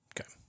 Okay